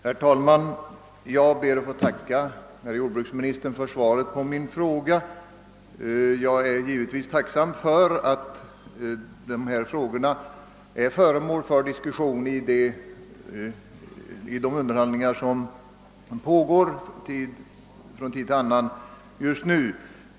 Herr talman! Jag ber att få tacka herr jordbruksministern för svaret på min fråga. Jag är givetvis glad över att dessa problem är föremål för diskussion vid de underhandlingar som pågår.